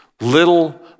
little